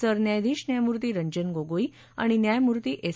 सरन्यायाधीश न्यायमूर्ती रंजन गोगोई आणि न्यायमूर्ती एस